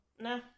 No